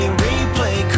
replay